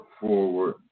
forward